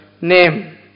name